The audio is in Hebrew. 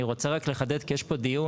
אני רוצה רק לחדד כי יש פה דיון,